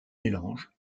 mélanges